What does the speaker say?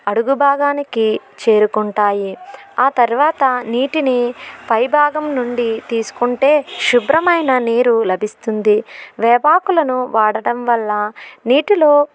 అడుగుభాగానికి చేరుకుంటాయి ఆ తర్వాత నీటిని పైభాగం నుండి తీసుకుంటే శుభ్రమైన నీరు లభిస్తుంది వేపాకులను వాడటం వల్ల నీటిలో